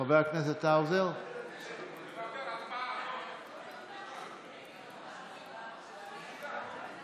אתה רוצה להקריא אולי את הודעת הסיכום?